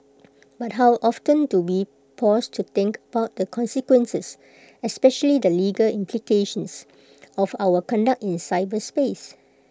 but how often do we pause to think about the consequences especially the legal implications of our conduct in cyberspace